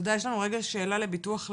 יש לנו רגע שאלה לביטוח לאומי.